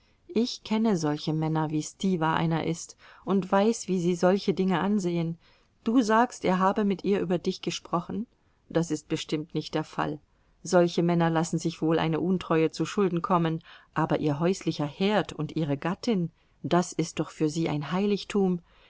ich kenne solche männer wie stiwa einer ist und weiß wie sie solche dinge ansehen du sagst er habe mit ihr über dich gesprochen das ist bestimmt nicht der fall solche männer lassen sich wohl eine untreue zuschulden kommen aber ihr häuslicher herd und ihre gattin das ist doch für sie ein heiligtum